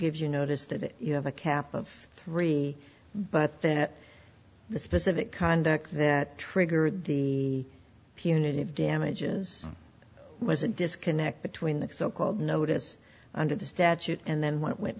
gives you notice that you have a cap of three but that the specific conduct that triggered the punitive damages was a disconnect between the so called notice under the statute and then when it went